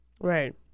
Right